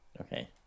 Okay